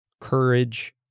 courage